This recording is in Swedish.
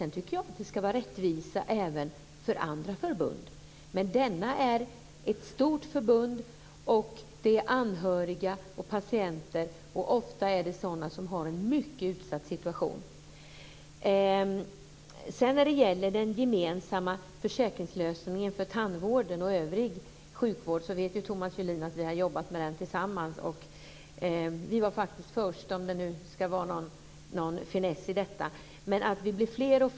Naturligtvis ska vi vara rättvisa mot de andra förbunden, men det gäller här ett stort förbund, och patienternas anhöriga har ofta en mycket utsatt situation. När det sedan gäller en gemensam försäkringslösning för tandvården och övrig sjukvård vet Thomas Julin att det är en fråga som vi har jobbat med tillsammans. Vi var faktiskt först, om det nu ligger någon poäng i det, och fler och fler sluter upp.